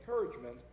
encouragement